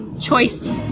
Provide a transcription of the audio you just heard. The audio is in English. choice